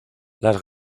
las